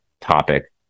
topic